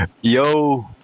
Yo